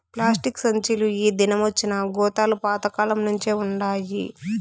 plastic సంచీలు ఈ దినమొచ్చినా గోతాలు పాత కాలంనుంచే వుండాయి